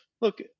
look